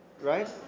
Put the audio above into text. right